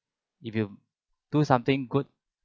if you do something good